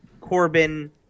Corbin